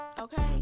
okay